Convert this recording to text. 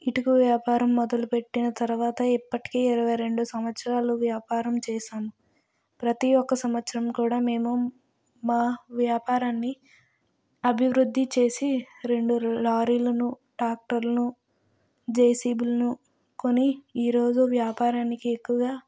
ఇటుక వ్యాపారం మొదలు పెట్టిన తర్వాత ఇప్పటికీ ఇరవై రెండు సంవత్సరాలు వ్యాపారం చేశాను ప్రతి ఒక్క సంవత్సరం కూడా మేము మా వ్యాపారాన్ని అభివృద్ధి చేసి రెండు లారీ లను టాక్టర్ లను జెసిబిలను కొని ఈరోజు వ్యాపారానికి ఎక్కువగా